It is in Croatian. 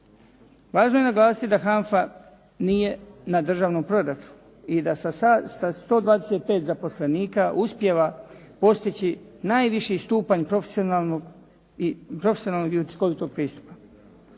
Važno je naglasiti da HANFA nije na državnom proračunu i da sa 125 zaposlenika uspijeva postići najviši stupanj profesionalnog i učinkovitog pristupa.